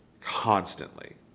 constantly